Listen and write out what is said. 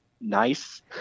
nice